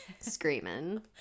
screaming